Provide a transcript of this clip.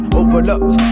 overlooked